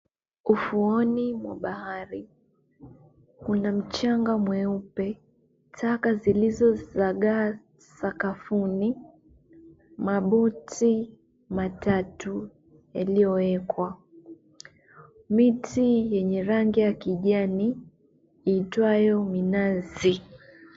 Ufuoni mwa bahari kuna mchanga mweupe, taka zikizozagaa sakafuni, mabuti matatu yaliyowekwa, miti yenye rangi ya kijani iitwayo minazi.